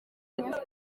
munsi